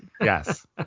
Yes